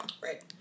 Right